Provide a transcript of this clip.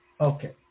Okay